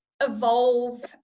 evolve